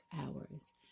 hours